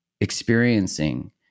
experiencing